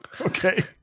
Okay